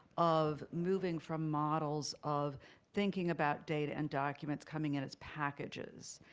of moving from models of thinking about data and documents coming in as packages,